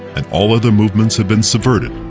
and all other movements had been subverted,